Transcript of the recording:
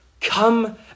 Come